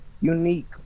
unique